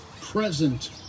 present